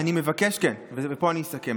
כן, ופה אני אסכם.